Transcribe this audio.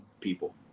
people